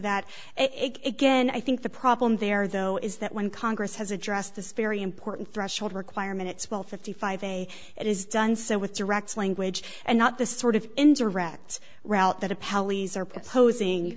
that it again i think the problem there though is that when congress has addressed this very important threshold requirement it's well fifty five a it is done so with direct language and not the sort of indirect route